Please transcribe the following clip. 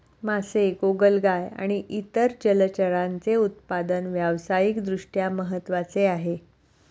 मासे, गोगलगाय आणि इतर जलचरांचे उत्पादन व्यावसायिक दृष्ट्या महत्त्वाचे आहे